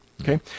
Okay